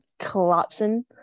collapsing